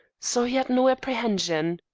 so he had no apprehension.